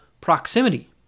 proximity